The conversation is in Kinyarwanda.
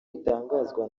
bitangazwa